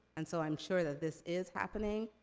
and so i'm sure that this is happening,